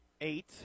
eight